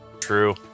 true